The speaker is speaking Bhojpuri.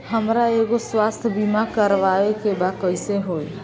हमरा एगो स्वास्थ्य बीमा करवाए के बा कइसे होई?